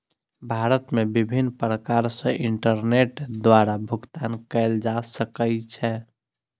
भारत मे विभिन्न प्रकार सॅ इंटरनेट द्वारा भुगतान कयल जा सकै छै